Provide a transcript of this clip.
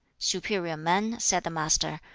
superior men, said the master,